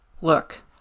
Look